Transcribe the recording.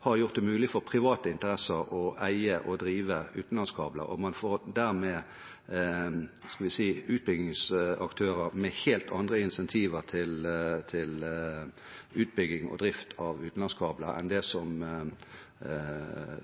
har gjort det mulig for private interesser å eie og drive utenlandskabler. Man får dermed – skal vi si – utbyggingsaktører med helt andre incentiver til utbygging og drift av utenlandskabler enn det som